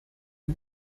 the